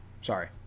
Sorry